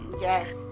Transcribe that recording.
yes